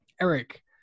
Eric